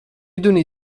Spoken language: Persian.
دونی